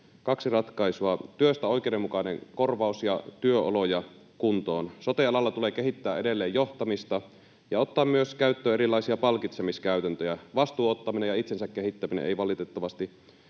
kaksi ratkaisua: työstä oikeudenmukainen korvaus ja työoloja kuntoon. Sote-alalla tulee edelleen kehittää johtamista ja ottaa myös käyttöön erilaisia palkitsemiskäytäntöjä. Vastuun ottaminen ja itsensä kehittäminen eivät valitettavasti